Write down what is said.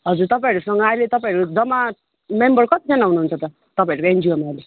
हजुर तपाईँहरूसँग अहिले तपाईँहरू जम्मा मेम्बर कतिजना हुनुहुन्छ त तपाईँहरूको एनजिओमा अहिले